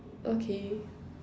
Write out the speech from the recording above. okay